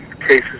cases